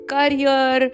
career